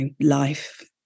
life